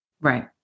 Right